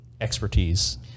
expertise